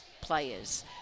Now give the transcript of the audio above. players